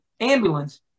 ambulance